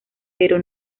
pero